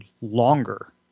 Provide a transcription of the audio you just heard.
longer